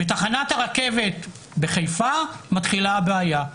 בתחנת הרכבת בחיפה מתחילה הבעיה,